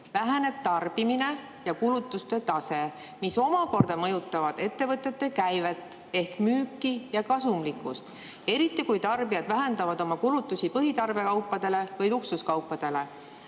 väheneb tarbimine ja kulutuste tase. See omakorda mõjutab ettevõtete käivet ehk müüki ja kasumlikkust, eriti kui tarbijad vähendavad oma kulutusi põhitarbekaupadele või luksuskaupadele.